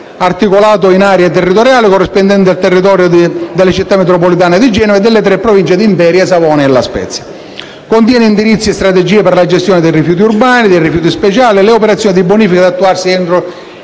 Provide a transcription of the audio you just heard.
articolato in aree territoriali corrispondenti al territorio della città metropolitana di Genova e delle tre Province di Imperia, Savona e La Spezia. Esso contiene indirizzi e strategie per la gestione dei rifiuti urbani, dei rifiuti speciali e le operazioni di bonifica da attuarsi entro